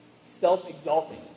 self-exalting